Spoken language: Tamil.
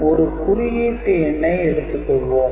ஒரு குறியீட்டு எண்ணை எடுத்துக்கொள்வோம்